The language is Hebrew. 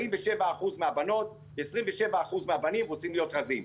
47% מהבנות, 27% מהבנים רוצים להיות רזים.